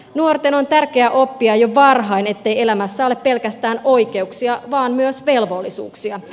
nuorten on tärkeä oppia jo varhain ettei elämässä ole pelkästään oikeuksia vaan myös velvollisuuksia